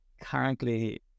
currently